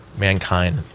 Mankind